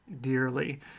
dearly